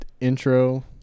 intro